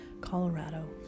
Colorado